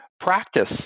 practice